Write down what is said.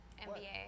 NBA